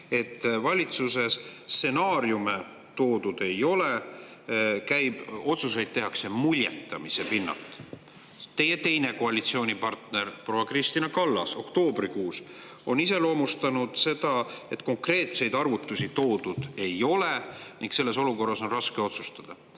et valitsusse stsenaariume toodud ei ole, otsuseid tehakse muljetamise pinnalt. Teie teine koalitsioonipartner proua Kristina Kallas iseloomustas oktoobrikuus seda nii, et konkreetseid arvutusi toodud ei ole ning selles olukorras on raske otsustada. Nüüd